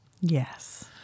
Yes